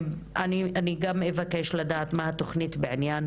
הוא שאני גם אבקש לדעת מהי התוכנית בעניין